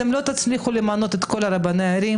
אתם לא תצליחו למנות את כל רבני הערים